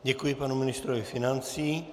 Děkuji panu ministrovi financí.